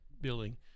building